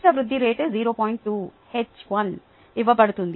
2 H 1 ఇవ్వబడుతుంది